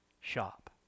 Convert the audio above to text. shop